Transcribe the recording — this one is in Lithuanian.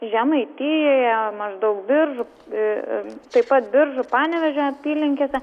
žemaitijoje maždaug biržų ee taip pat biržų panevėžio apylinkėse